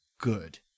good